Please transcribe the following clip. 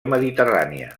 mediterrània